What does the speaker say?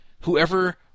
whoever